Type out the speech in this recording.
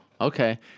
okay